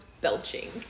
belching